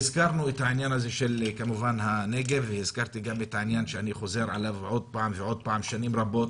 והזכרנו את הנגב ואת העניין שאני חוזר עליו עוד פעם ועוד פעם שנים רבות